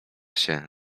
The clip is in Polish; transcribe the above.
się